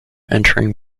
entering